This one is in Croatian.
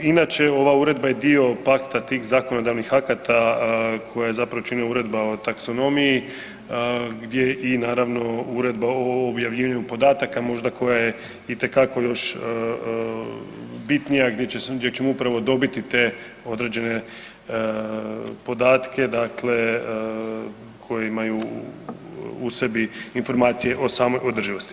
Inače ova uredba je dio pakta tih zakonodavnih akata koje zapravo čini uredba o taksonomiji, gdje i naravno uredba o objavljivanju podataka možda koja je itekako još bitnija, gdje ćemo upravo dobiti te određene podatke, dakle koji imaju u sebi informacije o samoj održivosti.